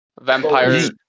vampires